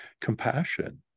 compassion